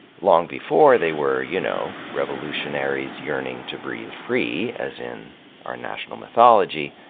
long before they were, you know, revolutionaries yearning to breathe free, as in our national mythology,